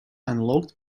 unlocked